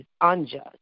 unjust